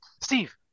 Steve